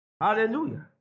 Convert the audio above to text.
Hallelujah